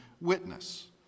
witness